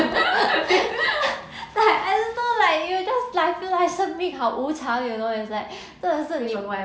like I don't lah like you know like 生命好无常 you know it's like 真的是你